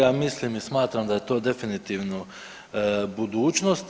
Ja mislim i smatram da je to definitivno budućnost.